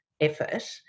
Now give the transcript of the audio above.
effort